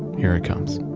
here it comes